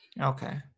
Okay